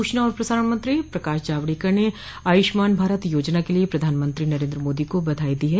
सूचना और प्रसारण मंत्री प्रकाश जावडेकर ने आयुष्मान भारत योजना के लिए प्रधानमंत्री नरेन्द्र मोदी को बधाई दी है